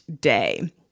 day